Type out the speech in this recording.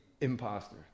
imposter